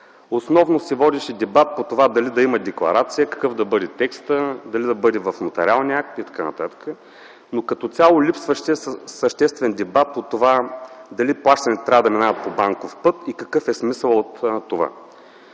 Основно се водеше дебат по това дали да има декларация, какъв да бъде текстът, дали да бъде в нотариалния акт и т.н., но като цяло липсваше съществен дебат по това дали плащанията трябва да минават по банков път и какъв е смисълът от това.